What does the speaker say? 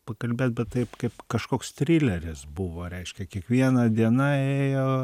pakalbėt bet taip kaip kažkoks trileris buvo reiškia kiekviena diena ėjo